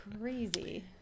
crazy